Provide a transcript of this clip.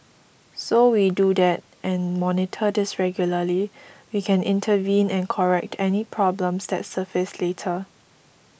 so we do that and monitor this regularly we can intervene and correct any problems that surface later